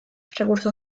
recurso